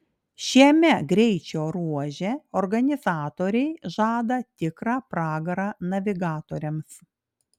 šiame greičio ruože organizatoriai žada tikrą pragarą navigatoriams